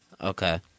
okay